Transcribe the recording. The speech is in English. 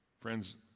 friends